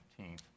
15th